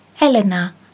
Elena